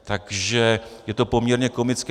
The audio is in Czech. Takže je to poměrně komické.